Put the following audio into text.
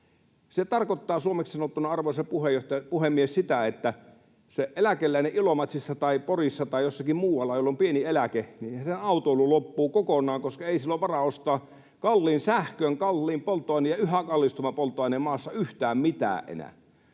Se tarkoittaa suomeksi sanottuna, arvoisa puhemies, sitä, että sillä eläkeläisellä Ilomantsissa tai Porissa tai jossakin muualla, jolla on pieni eläke, autoilu loppuu kokonaan, koska ei sillä ole varaa ostaa kalliin sähkön, kalliin polttoaineen ja yhä kallistuvan polttoaineen maassa yhtään mitään enää.